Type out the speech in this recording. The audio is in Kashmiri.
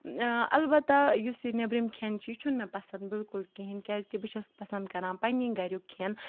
اَلبَتہَ یُس یہِ نیٚبرِم کھیٚن چھُ یہِ چھُنہٕ مےٚ پَسَنٛد بِلکُل کِہیٖنۍ کیازکہِ بہٕ چھَس پَسَنٛد کَران پَننہِ گَریُک کھیٚن